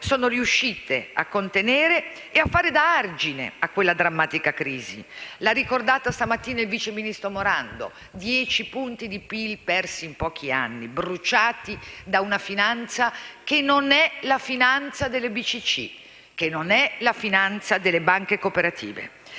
sono riuscite a contenere e a fare da argine a quella drammatica crisi. Lo ha ricordato stamattina il vice ministro Morando: 10 punti di PIL persi in pochi anni, bruciati da una finanza, che non è la finanza delle BCC o delle banche cooperative.